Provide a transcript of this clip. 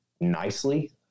nicely